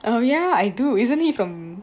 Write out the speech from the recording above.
oh ya I do isn't he from